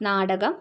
നാടകം